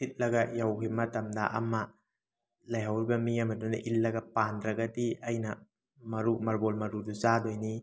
ꯏꯠꯂꯒ ꯌꯧꯈꯤꯕ ꯃꯇꯝꯗ ꯑꯃ ꯂꯩꯍꯧꯔꯤꯕ ꯃꯤ ꯑꯃꯗꯨꯅ ꯏꯜꯂꯒ ꯄꯥꯟꯗ꯭ꯔꯒꯗꯤ ꯑꯩꯅ ꯃꯔꯨ ꯃꯥꯔꯕꯣꯟ ꯃꯔꯨꯗꯨ ꯆꯥꯗꯣꯏꯅꯤ